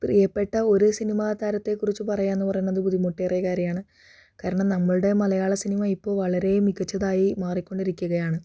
പ്രിയപ്പെട്ട ഒരു സിനിമാതാരത്തെക്കുറിച്ച് പറയുകയെന്ന് പറയണത് ബുദ്ധിമുട്ടേറിയ കാര്യമാണ് കാരണം നമ്മളുടെ മലയാള സിനിമ ഇപ്പോൾ വളരെ മികച്ചതായി മാറിക്കൊണ്ടിരിക്കുകയാണ്